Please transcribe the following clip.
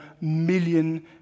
million